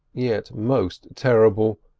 yet most terrible,